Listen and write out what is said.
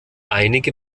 einige